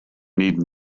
need